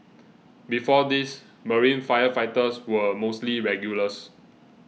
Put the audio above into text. before this marine firefighters were mostly regulars